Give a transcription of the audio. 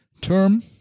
term